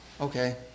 Okay